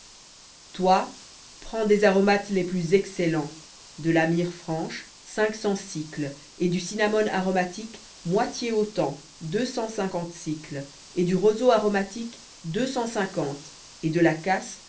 toi prends des aromates les plus excellents de la myrrhe franche cinq cents et du cinnamome aromatique moitié autant deux cent cinquante et du roseau aromatique deux cent cinquante et de la casse